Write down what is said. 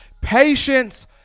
patience